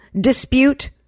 dispute